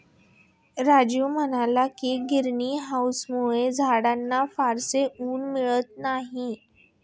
राजीव म्हणाला की, ग्रीन हाउसमुळे झाडांना फारसे ऊन मिळत नाही